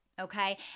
okay